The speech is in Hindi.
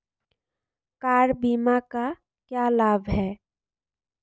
कार बीमा का क्या लाभ है?